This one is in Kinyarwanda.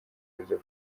perezida